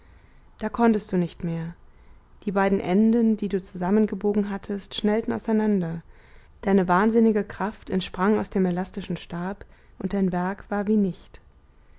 da konntst du nicht mehr die beiden enden die du zusammengebogen hattest schnellten aus einander deine wahnsinnige kraft entsprang aus dem elastischen stab und dein werk war wie nicht